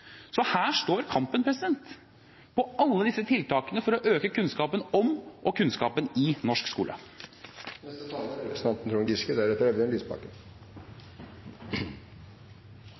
Her står kampen – på alle disse tiltakene for å øke kunnskapen om og kunnskapen i norsk skole. Det er